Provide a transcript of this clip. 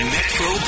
Metro